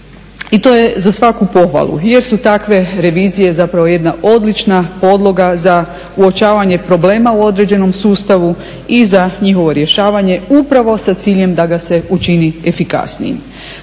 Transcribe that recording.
i to je za svaku pohvalu jer su takve revizije zapravo jedna odlična podloga za uočavanje problema u određenom sustavu i za njihovo rješavanje upravo sa ciljem da ga se učini efikasnijim.